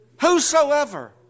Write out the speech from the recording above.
whosoever